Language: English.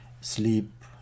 sleep